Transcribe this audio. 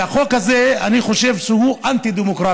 החוק הזה, אני חושב שהוא אנטי-דמוקרטי,